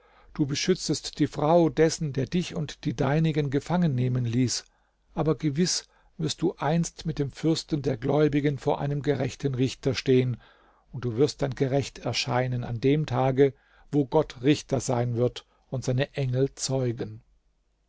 du beschützest die frau dessen der dich und die deinigen gefangennehmen ließ aber gewiß wirst du einst mit dem fürsten der gläubigen vor einem gerechten richter stehen und du wirst dann gerecht erscheinen an dem tage wo gott richter sein wird und seine engel zeugen